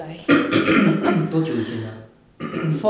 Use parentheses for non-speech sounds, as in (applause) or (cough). (coughs) 多久以前了啊 (coughs)